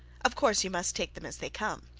of course you must take them as they come.